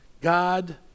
God